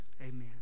amen